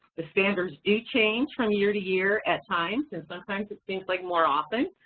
the standards do change from year to year at times, and sometimes it seems like more often.